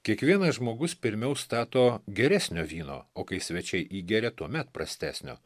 kiekvienas žmogus pirmiau stato geresnio vyno o kai svečiai įgeria tuomet prastesnio